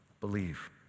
believe